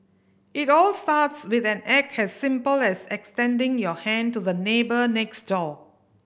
it all starts with an act as simple as extending your hand to the neighbour next door